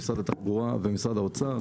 משרד התחבורה ומשרד האוצר.